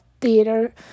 theater